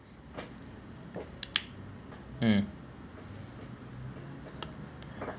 mm